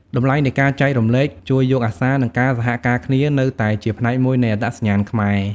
តម្លៃនៃការចែករំលែក ជួយយកអាសា និងការសហការគ្នានៅតែជាផ្នែកមួយនៃអត្តសញ្ញាណខ្មែរ។